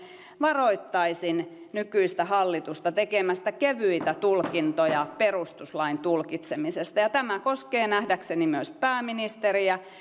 varoittaisin nykyistä hallitusta tekemästä kevyitä tulkintoja perustuslain tulkitsemisesta tämä koskee nähdäkseni myös pääministeriä